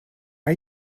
are